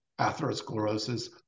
atherosclerosis